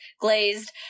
glazed